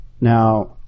Now